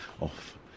off